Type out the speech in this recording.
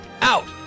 out